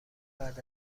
بعد